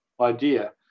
idea